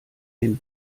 den